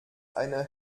eine